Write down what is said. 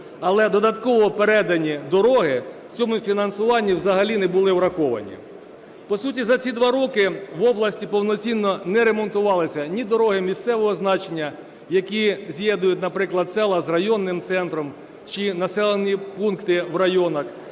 але додатково передані дороги в цьому фінансуванні взагалі не були враховані. По суті за ці два роки в області повноцінно не ремонтувалися ні дорогі місцевого значення, які з'єднують, наприклад, села з районним центром чи населені пункти в районах,